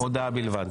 הודעה בלבד.